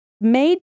made